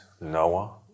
noah